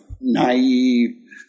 naive